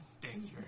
Danger